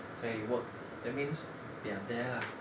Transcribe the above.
可以 work that means they are there lah